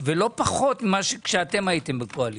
ולא פחות ממה שכשאתם הייתם בקואליציה.